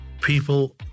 people